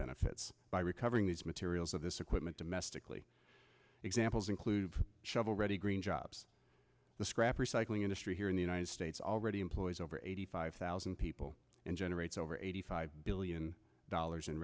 benefits by recovering these materials of this equipment domestically examples include shovel ready green jobs the scrap recycling industry here in the united states already employs over eighty five thousand people and generates over eighty five billion dollars in